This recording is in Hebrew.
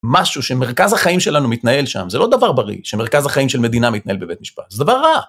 משהו שמרכז החיים שלנו מתנהל שם, זה לא דבר בריא, שמרכז החיים של מדינה מתנהל בבית משפט, זה דבר רע.